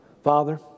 Father